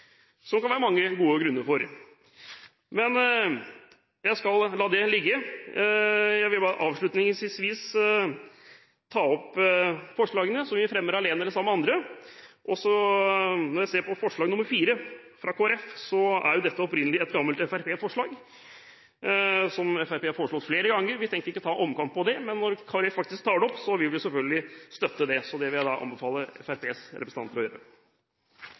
Det kan det være mange gode grunner for. Men jeg skal la det ligge. Jeg vil bare avslutningsvis ta opp forslagene som vi har alene og sammen med andre. Når jeg ser på forslag nr. 4, fra Kristelig Folkeparti, er jo dette opprinnelig et gammelt fremskrittspartiforslag, som Fremskrittspartiet har foreslått flere ganger. Vi tenkte ikke å ta en omkamp på det, men når Kristelig Folkeparti faktisk tar det opp, vil vi selvfølgelig støtte det. Det vil jeg anbefale Fremskrittspartiets representanter å gjøre.